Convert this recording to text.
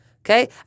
okay